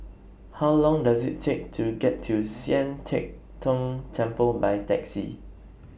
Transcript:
How Long Does IT Take to get to Sian Teck Tng Temple By Taxi